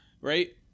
right